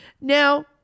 Now